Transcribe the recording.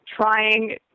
trying